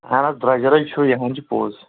اَہن حظ درٛۄجَرَے چھُ یہِ ہَن چھِ پوٚز